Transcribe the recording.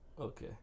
Okay